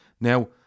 Now